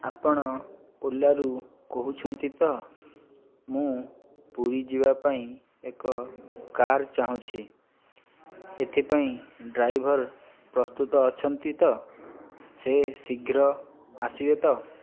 ଆପଣ ଓଲାରୁ କହୁଛନ୍ତି ତ ମୁଁ ପୁରୀ ଯିବାପାଇଁ ଏକ କାର୍ ଚାହୁଁଛି ଏଥିପାଇଁ ଡ୍ରାଇଭର ପ୍ରସ୍ତୁତ ଅଛନ୍ତି ତ ସେ ଶୀଘ୍ର ଆସିବେ ତ